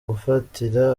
gufatira